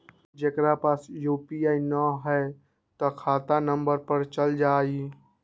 जेकरा पास यू.पी.आई न है त खाता नं पर चल जाह ई?